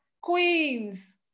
Queens